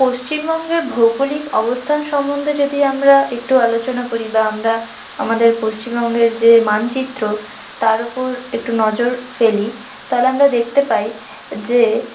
পশ্চিমবঙ্গের ভৌগোলিক অবস্থান সম্বন্ধে যদি আমরা একটু আলোচনা করি বা আমরা আমাদের পশ্চিমবঙ্গের যে মানচিত্র তার উপর একটু নজর ফেলি তালে আমরা দেখতে পাই যে